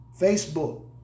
Facebook